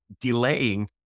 delaying